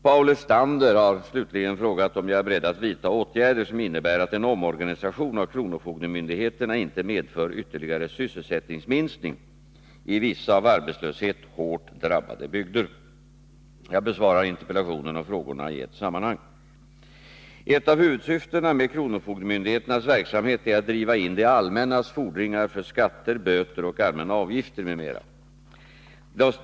Paul Lestander, slutligen, har frågat om jag är beredd att vidta åtgärder som innebär att en omorganisation av kronofogdemyndigheterna inte medför ytterligare sysselsättningsminskning i vissa av arbetslöshet hårt drabbade bygder. Jag besvarar interpellationen och frågorna i ett sammanhang. Ett av huvudsyftena med kronofogdemyndigheternas verksamhet är att driva in det allmännas fordringar för skatter, böter och allmänna avgifter m.m.